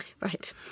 Right